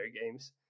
games